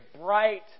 bright